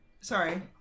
Sorry